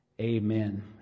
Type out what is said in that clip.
amen